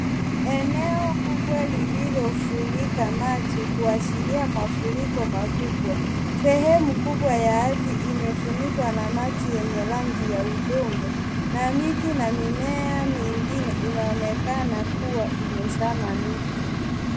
Eneo kubwa lililofurika maji kuashiria mafuriko makubwa. Sehemu kubwa ya ardhi imefunikwa na maji yenye rangi ya udongo na miti na mimea mingine inaonekana kuwa imezama nusu.